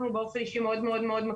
ומופיע שם את כל מקומות הגישה אלינו.